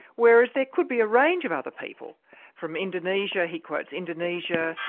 whereas there could be a range of other people from indonesia, he quotes, indonesia,